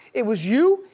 it was you,